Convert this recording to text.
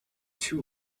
two